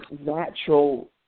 natural